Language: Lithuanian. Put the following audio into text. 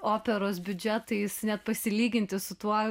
operos biudžetais net pasilyginti su tuo